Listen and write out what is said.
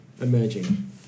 emerging